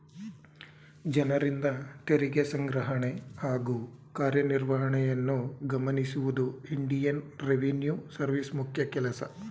ಜನರಿಂದ ತೆರಿಗೆ ಸಂಗ್ರಹಣೆ ಹಾಗೂ ಕಾರ್ಯನಿರ್ವಹಣೆಯನ್ನು ಗಮನಿಸುವುದು ಇಂಡಿಯನ್ ರೆವಿನ್ಯೂ ಸರ್ವಿಸ್ ಮುಖ್ಯ ಕೆಲಸ